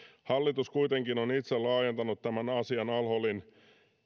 hallitus kuitenkin on itse laajentanut tämän asian al holin